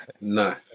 No